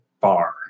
bar